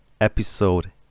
episode